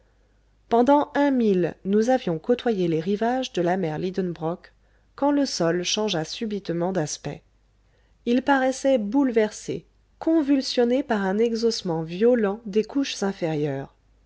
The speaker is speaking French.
pendant un mille nous avions côtoyé les rivages de la mer lidenbrock quand le sol changea subitement d'aspect il paraissait bouleversé convulsionné par un exhaussement violent des couches inférieures